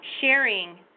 sharing